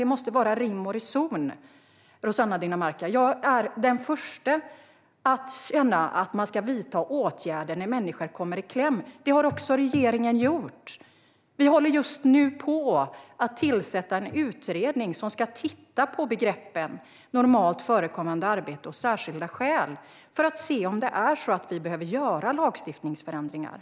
Det måste vara rim och reson, Rossana Dinamarca. Jag är den första att känna att man ska vidta åtgärder när människor kommer i kläm. Det har också regeringen gjort. Vi håller just nu på att tillsätta en utredning som ska titta på begreppen "normalt förekommande arbete" och "särskilda skäl" för att se om vi behöver göra lagstiftningsförändringar.